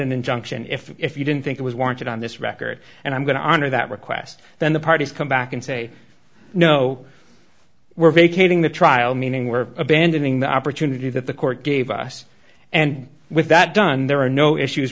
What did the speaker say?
an injunction if if you didn't think it was warranted on this record and i'm going to honor that request then the parties come back and say no we're vacating the trial meaning we're abandoning the opportunity that the court gave us and with that done there are no issues